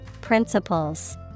principles